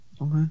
Okay